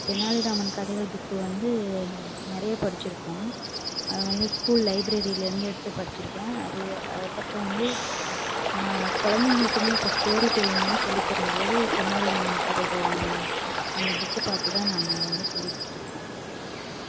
தென்னாலி ராமன் கதைகள் புக் வந்து நெ நிறைய படிச்சிருக்கோம் அது வந்து ஸ்கூல் லைப்ரரியிலேந்து எடுத்து படிச்சிருக்கேன் அது அதுக்கப்புறம் வந்து நான் குழந்தைங்களுக்குமே இப்போ ஸ்டோரி டெல்லிங்லாம் சொல்லி தரும் போது தென்னாலி ராமன் கதைகள்ல அந்த அந்த புக் பார்த்து தான் நம்ம வந்து சொல்லி கொடுத்துருக்கோம்